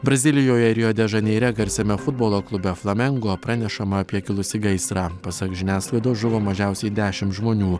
brazilijoje rio de žaneire garsiame futbolo klube flamengo pranešama apie kilusį gaisrą pasak žiniasklaidos žuvo mažiausiai dešim žmonių